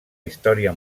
història